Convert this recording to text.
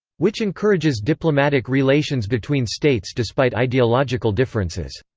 which encourages diplomatic relations between states despite ideological differences.